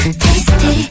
tasty